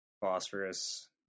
phosphorus